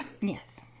Yes